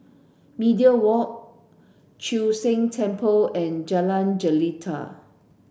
Media Walk Chu Sheng Temple and Jalan Jelita